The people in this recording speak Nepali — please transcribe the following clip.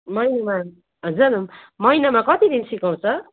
महिनामा हजुर महिनामा कति दिन सिकाउँछ